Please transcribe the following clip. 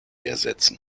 ersetzen